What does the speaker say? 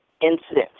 incidents